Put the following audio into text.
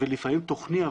ולפעמים תוכני,